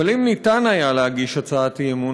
אבל אם ניתן היה להגיש הצעת אי-אמון,